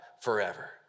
forever